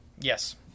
Yes